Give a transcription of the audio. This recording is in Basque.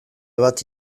bat